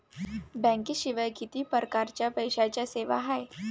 बँकेशिवाय किती परकारच्या पैशांच्या सेवा हाय?